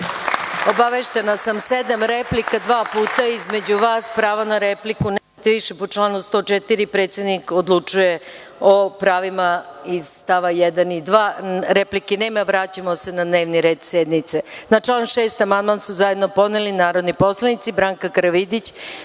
sam, sedam replika, dva puta između vas. Pravo na repliku nemate više. Po članu 104. predsednik odlučuje o pravima iz stava 1. i 2. Replike nema. Vraćamo se na dnevni red sednice. Na član 6. amandman su zajedno podneli narodni poslanici Branka Karavidić,